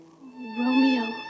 Romeo